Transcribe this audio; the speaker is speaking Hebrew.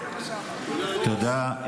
תודה.